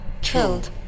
Killed